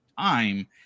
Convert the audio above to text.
time